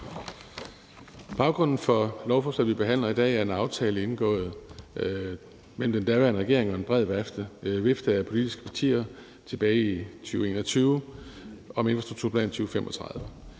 Baggrunden for lovforslaget, vi behandler i dag, er en aftale indgået mellem den daværende regering og en bred vifte af politiske partier tilbage i 2021 om »Infrastrukturplan 2035«.